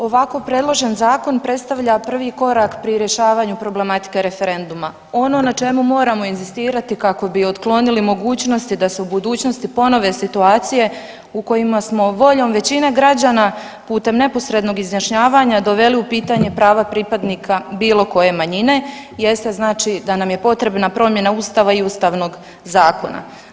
Ovako predložen zakon predstavlja prvi korak pri rješavanju problematike referenduma, ono na čemu moramo inzistirati kako bi otklonili mogućnosti da se u budućnosti ponove situacije u kojima smo voljom većine građana putem neposrednog izjašnjavanja doveli u pitanje prava pripadnika bilo koje manjine jeste znači da nam je potrebna promjena Ustava i Ustavnog zakona.